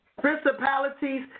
principalities